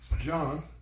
John